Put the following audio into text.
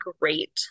great